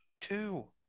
two